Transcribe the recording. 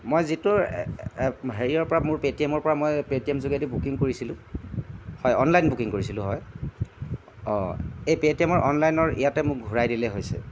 মই যিটোৰ হেৰিয়ৰপৰা মোৰ পে' টি এমৰপৰা মই পে' টি এম যোগেদি মই বুকিং কৰিছিলোঁ হয় অনলাইন বুকিং কৰিছিলোঁ হয় অঁ এই পে' টি এমৰ অনলাইনৰ ইয়াতে মোক ঘূৰাই দিলেই হৈছে